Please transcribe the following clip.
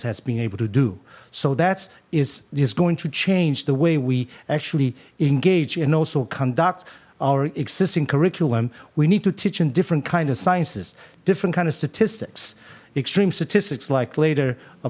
has been able to do so that's is is going to change the way we actually engage and also conduct our existing curriculum we need to teach in different kind of sciences different kind of statistics extreme statistics like later a